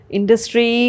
Industry